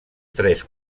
tres